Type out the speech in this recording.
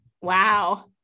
Wow